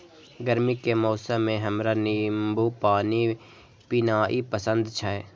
गर्मी के मौसम मे हमरा नींबू पानी पीनाइ पसंद छै